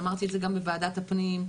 ואמרתי את זה גם בוועדת הפנים,